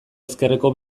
ezkerreko